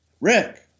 Rick